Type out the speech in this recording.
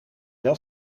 wel